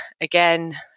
again